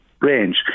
range